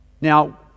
Now